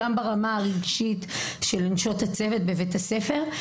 גם ברמה הרגשית של נשות הצוות בבית הספר.